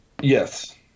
Yes